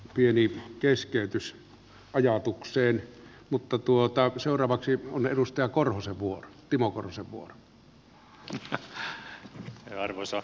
pieni keskeytys ajatukseen mutta tuottaa seuraavaksi on edustaja korhosenvuo timo arvoisa puhemies